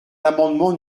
l’amendement